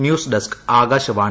news desk Akashvani